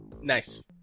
Nice